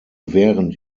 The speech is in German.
während